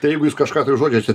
jeigu jis kažką tai užuodžia čia